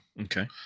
Okay